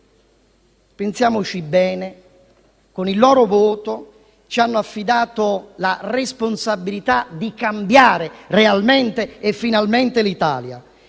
pensiamoci bene, con il loro voto ci hanno affidato la responsabilità di cambiare realmente e finalmente l'Italia;